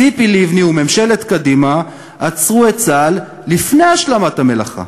ציפי לבני וממשלת קדימה עצרו את צה"ל לפני השלמת המלאכה.